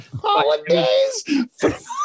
Holidays